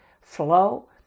flow